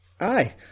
Aye